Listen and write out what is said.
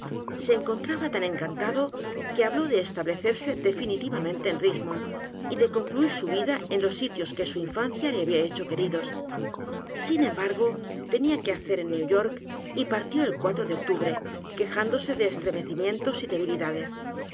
se encontraba tan encantado que habló de establecerse definitivamente en richmond y de concluir su vida en los sitios que su infancia le había hecho queridos sin embargo tenía que hacer en new york y partió el de octubre quejándose de estremecimientos y debilidades